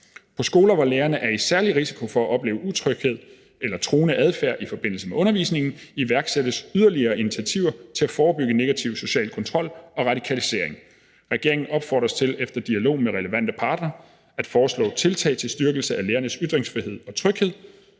På skoler, hvor lærerne er i særlig risiko for at opleve utryghed eller truende adfærd i forbindelse med undervisningen, iværksættes yderligere initiativer for at forebygge negativ social kontrol og radikalisering. Regeringen opfordres til efter dialog med relevante parter at foreslå tiltag til styrkelse af lærernes ytringsfrihed og tryghed.